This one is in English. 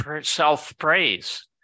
self-praise